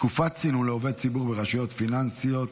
תקופת צינון לעובד ציבור ברשויות פיננסיות),